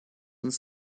uns